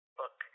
book